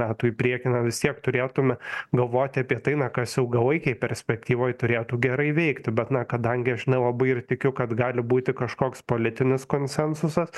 metų į priekį na vis tiek turėtume galvoti apie tai na kas ilgalaikėj perspektyvoj turėtų gerai veikti bet na kadangi aš nelabai ir tikiu kad gali būti kažkoks politinis konsensusas